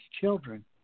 children